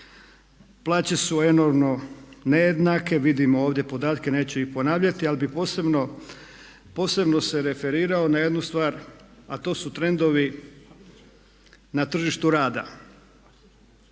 Plaće su enormno nejednake, vidimo ovdje podatke i neću ih ponavljati. Ali bih posebno se referirao na jednu stvar a to su trendovi na tržištu rada.